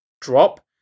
drop